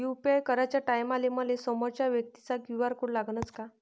UPI कराच्या टायमाले मले समोरच्या व्यक्तीचा क्यू.आर कोड लागनच का?